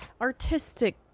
artistic